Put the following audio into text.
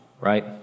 Right